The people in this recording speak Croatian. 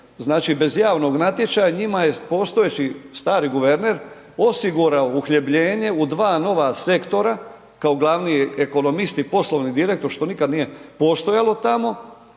bez javnog natječaja, njima je postojeći stari guverner osigurao uhljebljenje u dva nova sektora, kao glavni ekonomist i poslovni direktor što nikada nije postojalo tamo,